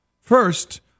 First